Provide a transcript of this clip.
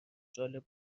جالب